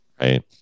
Right